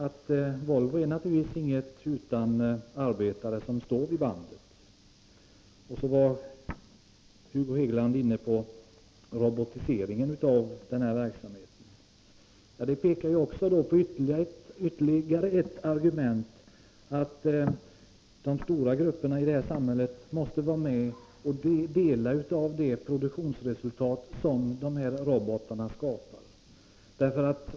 Volvo är naturligtvis ingenting utan de arbetare som står vid bandet. Hugo Hegeland talade också om robotiseringen av verksamheten. Det pekar på ytterligare ett argument för löntagarfonder. De stora grupperna i detta samhälle måste vara med och dela på det produktionsresultat som dessa robotar skapar.